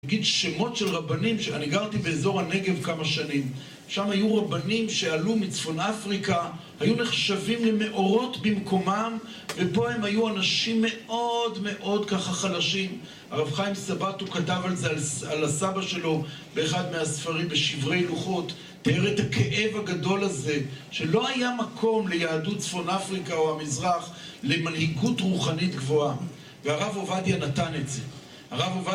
אני אגיד שמות של רבנים, שאני גרתי באזור הנגב כמה שנים שם היו רבנים שעלו מצפון אפריקה. היו נחשבים למאורות במקומם ופה הם היו אנשים מאוד מאוד ככה חלשים הרב חיים סבאטו כתב על זה על הסבא שלו באחד מהספרים בשברי לוחות תיאר את הכאב הגדול הזה, שלא היה מקום ליהדות צפון אפריקה או המזרח למנהיגות רוחנית גבוהה והרב עובדיה נתן את זה. הרב עובדיה